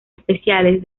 especiales